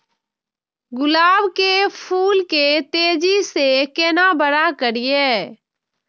गुलाब के फूल के तेजी से केना बड़ा करिए?